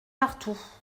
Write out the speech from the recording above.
partout